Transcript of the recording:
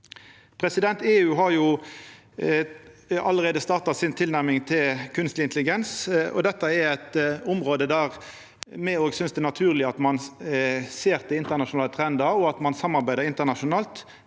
dette. EU har allereie starta si tilnærming til kunstig intelligens. Dette er eit område der me òg synest det er naturleg at ein ser til internasjonale trendar og samarbeider internasjonalt,